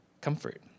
comfort